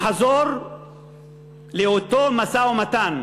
לחזור לאותו משא-ומתן